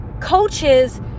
coaches